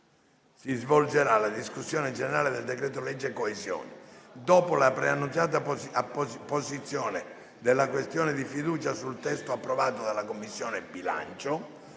si svolgerà la discussione generale del decreto-legge coesione. Dopo la preannunciata posizione della questione di fiducia sul testo approvato dalla Commissione bilancio,